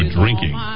drinking